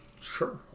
Sure